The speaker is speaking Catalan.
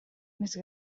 més